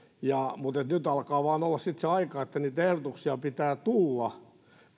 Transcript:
mutta nyt alkaa vain olla sitten se aika että niitä ehdotuksia pitää tulla